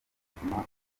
urubyiruko